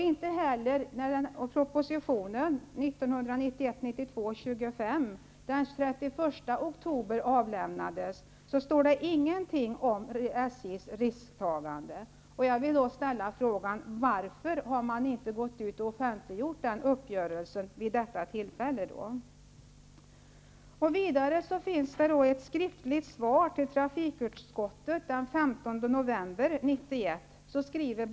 Inte heller i proposition 1991/92:25 som avlämnades till riksdagen den 31 oktober står det något om SJ:s risktagande. Varför har inte uppgörelsen vid det tillfället offentliggjorts? Banverket avlämnade ett skriftligt svar till trafikutskottet den 15 november 1991.